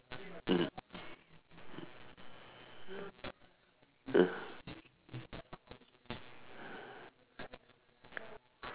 mm mm